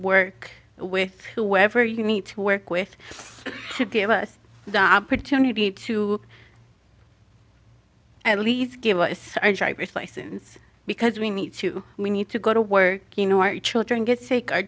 work with whoever you need to work with to give us the opportunity to at least give us our driver's license because we need to we need to go to work you know our children get s